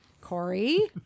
Corey